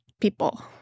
people